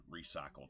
recycled